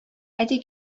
әти